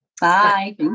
Bye